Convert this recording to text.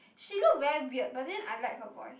she look very weird but then I like her voice